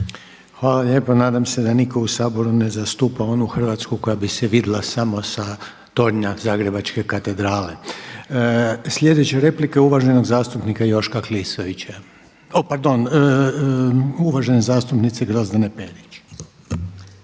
Hvala lijepo. Nadam se da nitko u Saboru ne zastupa onu Hrvatsku koja bi se vidla samo sa tornja Zagrebačke katedrale. Sljedeća replika je uvažene zastupnice Grozdane Perić.